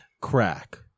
crack